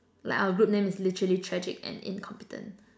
like our group name is literally tragic and incompetent